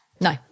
no